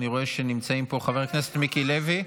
אני רואה שנמצאים פה חבר הכנסת מיקי לוי.